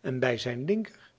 en bij zijn linker